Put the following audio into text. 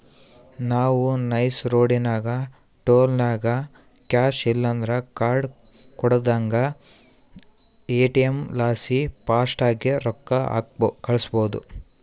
ನಾವು ನೈಸ್ ರೋಡಿನಾಗ ಟೋಲ್ನಾಗ ಕ್ಯಾಶ್ ಇಲ್ಲಂದ್ರ ಕಾರ್ಡ್ ಕೊಡುದಂಗ ಪೇಟಿಎಂ ಲಾಸಿ ಫಾಸ್ಟಾಗ್ಗೆ ರೊಕ್ಕ ಕಳ್ಸ್ಬಹುದು